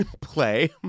play